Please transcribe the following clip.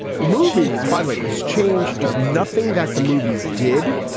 movies, by the way, this change is nothing that the movies did.